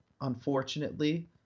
Unfortunately